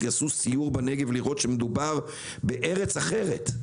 יעשו סיור בנגב לראות שמדובר בארץ אחרת.